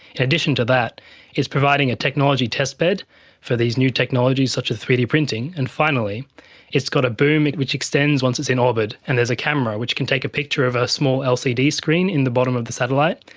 in addition to that it's providing a technology testbed for these new technologies such as three d printing. and finally it's got a boom which extends once it's in orbit, and there's a camera which can take a picture of a small lcd screen in the bottom of the satellite.